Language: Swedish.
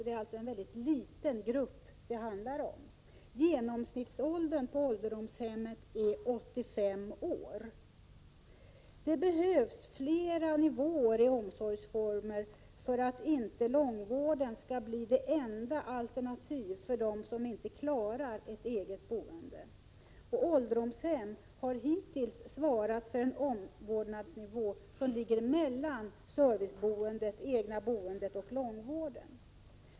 Det är alltså en väldigt liten grupp som det handlar om. Genomsnittsåldern för dem som bor på ålderdomshem är 85 år. För att långvården inte skall bli det enda alternativet för dem som inte klarar ett eget boende behövs det fler nivåer i omsorgsformerna. Ålderdomshemmen har hittills svarat för en omvårdnadsnivå som ligger mellan serviceboendet, det egna boendet och långvården.